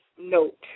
note